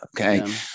okay